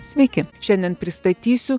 sveiki šiandien pristatysiu